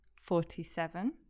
Forty-seven